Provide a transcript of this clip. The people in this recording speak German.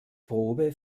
probe